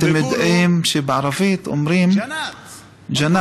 אתם יודעים שבערבית אומרים ג'נת,